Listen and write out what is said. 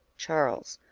charles.